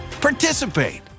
participate